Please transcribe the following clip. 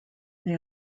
they